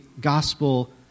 gospel